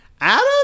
Adam